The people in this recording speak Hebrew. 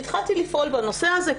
התחלתי לפעול בנושא הזה.